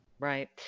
Right